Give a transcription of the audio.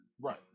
Right